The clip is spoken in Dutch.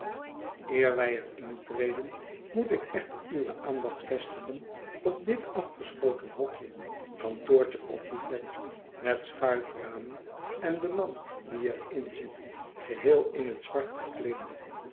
wij er intreden moet ik echter uwe aandacht vestigen op dit afgeschoten hokje kantoortje of buffet metschuiframen en den man die er in zit geheel in het zwart gekleed